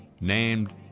named